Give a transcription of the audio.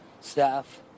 staff